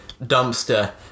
dumpster